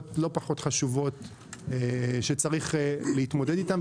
לא פחות חשובות שצריך להתמודד איתן.